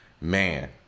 Man